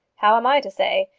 how am i to say?